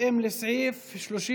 בהתאם לסעיף 31(ד)